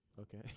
Okay